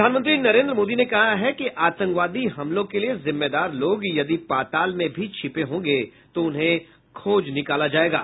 प्रधानमंत्री नरेन्द्र मोदी ने कहा है कि आतंकवादी हमलों के लिए जिम्मेदार लोग यदि पाताल में भी छिपे होंगे तो उन्हें खोज निकालेंगे